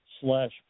slash